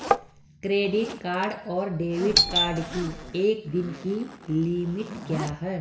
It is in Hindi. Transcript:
क्रेडिट कार्ड और डेबिट कार्ड की एक दिन की लिमिट क्या है?